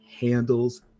handles